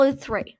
three